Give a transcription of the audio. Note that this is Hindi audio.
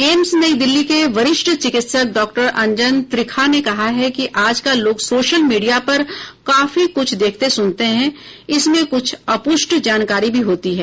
एम्स नई दिल्ली के वरिष्ठ चिकित्सक डॉक्टर अंजन त्रिखा ने कहा है कि आजकल लोग सोशल मीडिया पर काफी कुछ देखते सुनते है इसमें कुछ अप्रष्ट जानकारी भी होती हैं